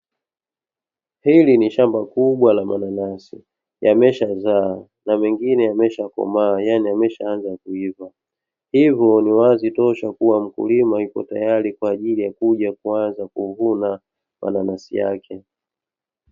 Hili ni shamba kubwa la mananasi, yameshazaa na mengine yameshakomaa yaani yameshaaanza kuiva, hivyo ni wazi tosha kuwa mkulima yupo tayari kwa ajli ya kuja kuvuna mananasi yake.